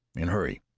and hurry.